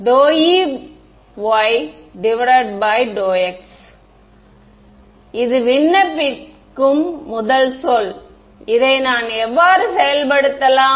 எனவே dEy d x இது விண்ணப்பிக்கும் முதல் சொல் இதை நான் எவ்வாறு செயல்படுத்தலாம்